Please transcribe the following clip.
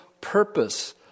purpose